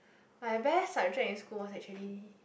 my best subject in school was actually